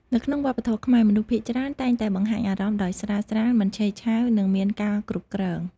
នៅក្នុងវប្បធម៌ខ្មែរ មនុស្សភាគច្រើនតែងតែបង្ហាញអារម្មណ៍ដោយស្រាលៗ មិនឆេវឆាវ និងមានការគ្រប់គ្រង។